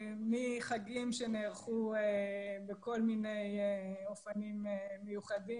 מחגים שנערכו בכל מיני אופנים מיוחדים,